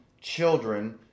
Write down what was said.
children